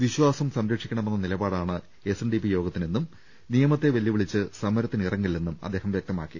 വിശ്വാസം സംരക്ഷിക്കണമെന്ന നിലപാടാണ് എസ് എൻ ഡി പി യോഗത്തിനെന്നും നിയമത്തെ വെല്ലുവിളിച്ച് സമരത്തിനിറങ്ങില്ലെന്നും അദ്ദേഹം വൃക്തമാക്കി